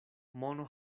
mono